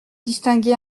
distinguer